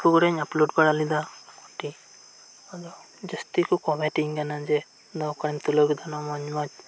Facebook ᱨᱮᱧ upload ᱵᱟᱲᱟ ᱞᱮᱫᱟ ᱠᱚᱭᱮᱠᱴᱤ ᱟᱫᱚ ᱡᱟᱹᱥᱛᱤ ᱠᱚ ᱠᱚᱢᱮᱱᱴ ᱤᱧ ᱠᱟᱱᱟ ᱡᱮ ᱚᱠᱟᱨᱮᱢ ᱛᱩᱞᱟᱹᱣ ᱟ ᱠᱮᱫᱟ ᱢᱚᱸᱡᱽ ᱢᱚᱸᱡᱽ